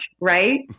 Right